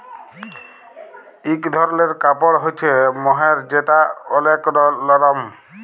ইক ধরলের কাপড় হ্য়চে মহের যেটা ওলেক লরম